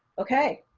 okay.